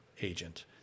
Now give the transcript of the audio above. agent